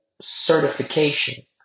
certification